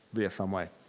via some way.